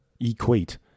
equate